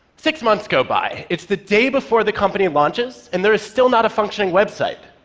six months go by, it's the day before the company launches, and there is still not a functioning website.